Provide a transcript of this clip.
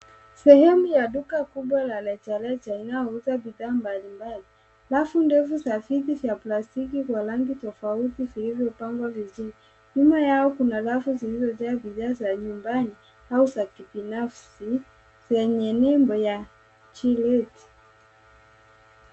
Sehemu ya duka kubwa la reja reja inayouza bidhaa mbalimbali. Halafu ndefu za viti vya plastiki wa rangi tofauti vilivyopangwa vizuri. Nyuma yao kuna rafu zilizojaa bidhaa za nyumbani au za kibinafsi wenye nembo ya gillete .